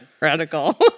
radical